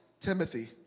Timothy